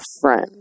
friend